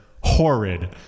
horrid